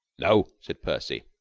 no, said percy.